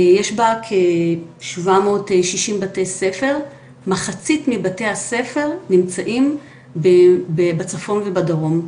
יש בה כ760 בתי ספר מחצית מבתי הספר נמצאים בצפון ובדרום,